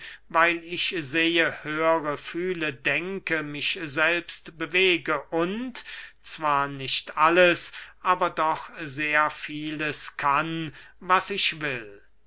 weil ich sehe höre fühle denke mich selbst bewege und zwar nicht alles aber doch sehr vieles kann was ich will